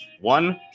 One